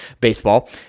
baseball